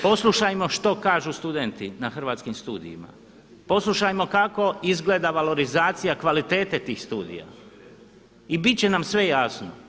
Poslušajmo što kažu studenti na Hrvatskim studijima, poslušajmo kako izgleda valorizacija kvalitete tih studija i bit će nam sve jasno.